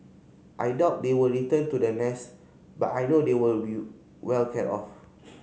I doubt they will return to the nest but I know they will well cared of